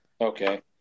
Okay